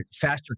faster